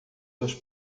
dos